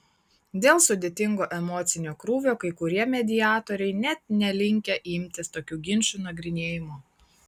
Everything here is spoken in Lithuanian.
dėl sudėtingo emocinio krūvio kai kurie mediatoriai net nelinkę imtis tokių ginčų nagrinėjimo